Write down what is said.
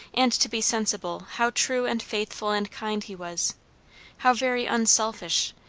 and to be sensible how true and faithful and kind he was how very unselfish,